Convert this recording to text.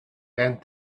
bent